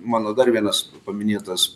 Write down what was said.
mano dar vienas paminėtas